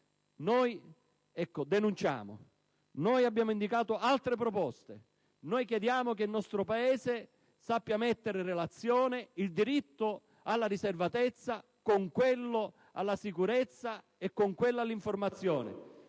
Noi denunciamo, noi abbiamo indicato altre proposte, noi chiediamo che il nostro Paese sappia mettere in relazione il diritto alla riservatezza con quello alla sicurezza e con quello all'informazione.